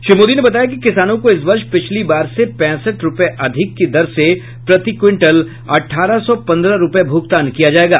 श्री मोदी ने बताया कि किसानों को इस वर्ष पिछली बार से पैंसठ रुपये अधिक की दर से प्रति क्विंटल अठारह सौ पन्द्रह रुपये भूगतान किया जायेगा